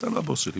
אתה לא הבוס שלי.